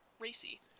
racy